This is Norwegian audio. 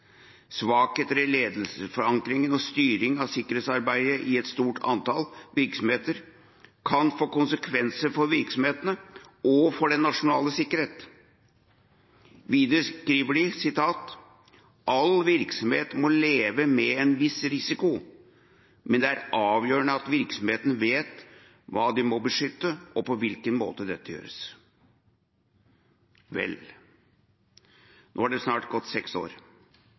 Svakheter i lederforankring og styring av sikkerhetsarbeidet i et stort antall virksomheter kan få konsekvenser for virksomhetene og for nasjonal sikkerhet. Videre skriver de: Alle virksomheter må leve med en viss risiko, men det er avgjørende at virksomhetene vet hva de må beskytte og på hvilken måte dette bør gjøres. Vel, nå er det snart gått seks år.